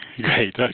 Great